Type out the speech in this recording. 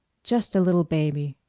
just a little baby.